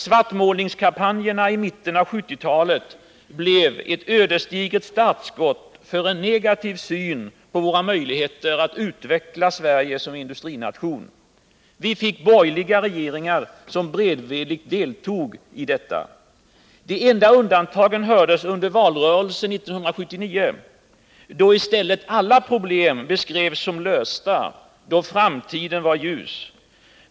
Svartmålningskampanjerna i mitten av 1970-talet blev ett ödesdigert startskott för utbredandet av en negativ syn på våra möjligheter att utveckla Sverige som industrination. Vi fick borgerliga regeringar som beredvilligt deltog i svartmålningen. De enda undantagen hördes under valrörelsen 1979, då i stället alla problem beskrevs som lösta, då framtiden var ljus.